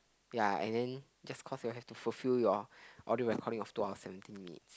ya and then just cause you all have to fulfill your audio recording of two hour seventeen minutes